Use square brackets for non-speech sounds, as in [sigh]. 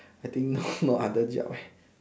I think [breath] no other job [breath] eh